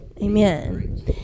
Amen